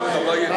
אפשר להביא לשר